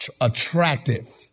Attractive